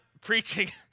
preaching